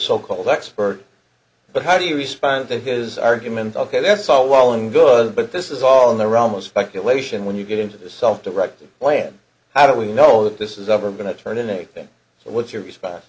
so called expert but how do you respond to his argument ok that's all well and good but this is all in the ramos speculation when you get into this self directed plan how do we know that this is ever going to turn in anything so what's your response